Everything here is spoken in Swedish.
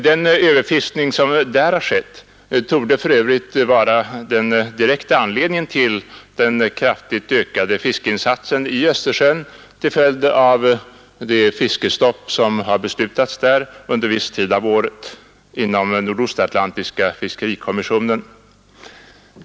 Den överfiskning som där har förekommit — och det fiskestopp som har beslutats av den nordostatlantiska fiskerikommissionen för viss tid av året — torde för övrigt vara den direkta anledningen till den kraftigt ökade fiskeinsatsen i Östersjön.